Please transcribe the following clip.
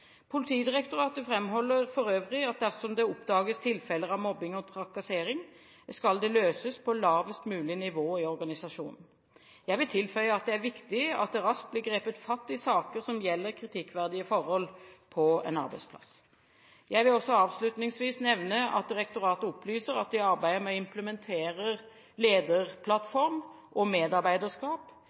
Politidirektoratet framholder for øvrig at dersom det oppdages tilfeller av mobbing og trakassering, skal det løses på lavest mulig nivå i organisasjonen. Jeg vil tilføye at det er viktig at det raskt blir grepet fatt i saker som gjelder kritikkverdige forhold på en arbeidsplass. Jeg vil avslutningsvis nevne at Politidirektoratet opplyser at de arbeider med å implementere lederplattform og medarbeiderskap,